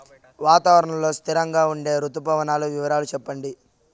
వాతావరణం లో స్థిరంగా ఉండే రుతు పవనాల వివరాలు చెప్పండి?